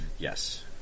Yes